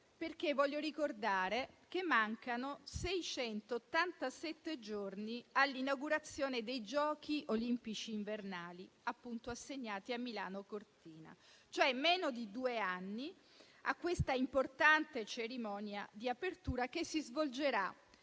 tutto, voglio ricordare che mancano 687 giorni all'inaugurazione dei Giochi olimpici invernali assegnati a Milano Cortina; mancano cioè meno di due anni a questa importante cerimonia di apertura che si svolgerà